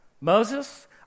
Moses